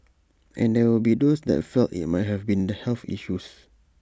and there will be those that felt IT might have been the health issues